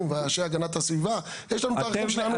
ואנשי הגנת הסביבה יש לנו את הערכים שלנו,